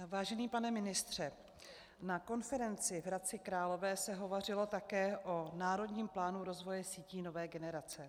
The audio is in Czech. Vážený pane ministře, na konferenci v Hradci Králové se hovořilo také o Národním plánu rozvoje sítí nové generace.